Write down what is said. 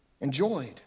enjoyed